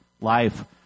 life